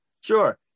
Sure